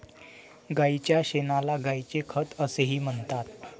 गायीच्या शेणाला गायीचे खत असेही म्हणतात